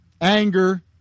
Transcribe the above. Anger